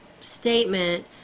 statement